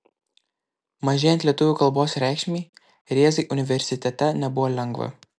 mažėjant lietuvių kalbos reikšmei rėzai universitete nebuvo lengva